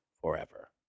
forever